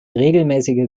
regelmäßige